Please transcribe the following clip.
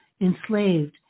enslaved